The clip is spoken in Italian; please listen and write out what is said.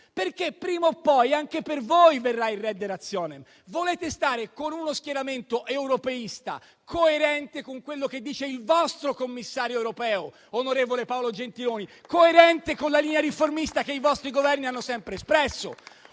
perché prima o poi anche per voi verrà il *redde rationem*. Volete stare con uno schieramento europeista coerente con quello che dice il vostro Commissario europeo, onorevole Paolo Gentiloni, coerente con la linea riformista che i vostri Governi hanno sempre espresso